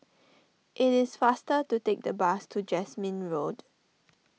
it is faster to take the bus to Jasmine Road